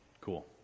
Cool